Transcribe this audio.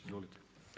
Izvolite.